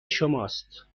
شماست